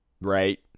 Right